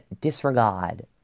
disregard